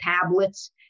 tablets